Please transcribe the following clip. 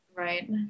Right